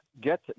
get